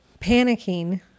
Panicking